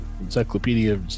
encyclopedia